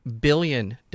billion